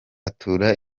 atura